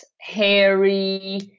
hairy